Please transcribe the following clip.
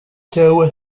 cyangwa